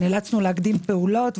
נאלצנו להקדים פעולות,